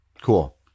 Cool